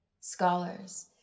scholars